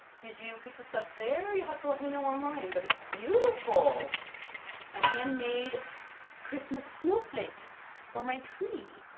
did you pick this up there? you'll have to let me know online! but it's beautiful a handmade christmas snowflake for my tree!